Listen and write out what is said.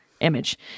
image